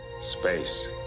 space